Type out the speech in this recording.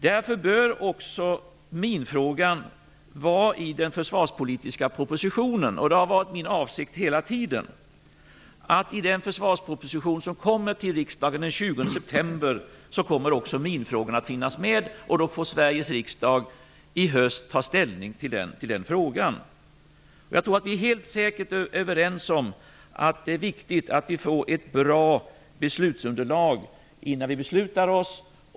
Därför bör också minfrågan vara med i den försvarspolitiska propositionen. Det har hela tiden varit min avsikt att minfrågan skall finnas med i den försvarsproposition som kommer till riksdagen den 20 september, och då får Sveriges riksdag igen ta ställning till den frågan. Jag tror att vi helt säkert är överens om att det är viktigt att vi får ett bra beslutsunderlag innan vi beslutar oss.